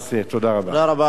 תודה רבה, אדוני.